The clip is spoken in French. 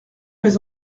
mes